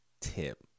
tip